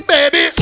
Baby